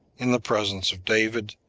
in the presence of david,